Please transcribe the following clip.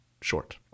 short